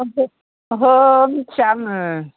ओहो मिनथिया आङो